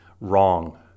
Wrong